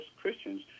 Christians